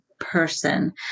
person